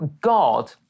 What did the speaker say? God